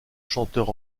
chanteurs